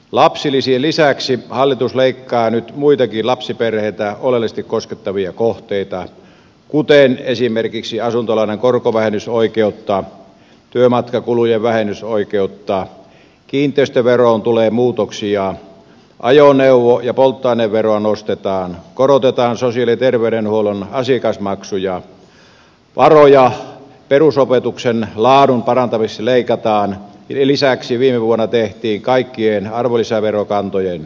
lapsilisien lisäksi hallitus leikkaa nyt muitakin lapsiperheitä oleellisesti koskettavia kohteita kuten esimerkiksi asuntolainan korkovähennysoikeutta ja työmatkakulujen vähennysoikeutta kiinteistöveroon tulee muutoksia ajoneuvo ja polttoaineveroja nostetaan korotetaan sosiaali ja terveydenhuollon asiakasmaksuja varoja perusopetuksen laadun parantamiseksi leikataan ja lisäksi viime vuonna tehtiin kaikkien arvonlisäverokantojen korotus